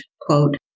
quote